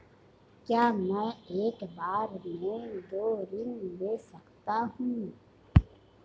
क्या मैं एक बार में दो ऋण ले सकता हूँ?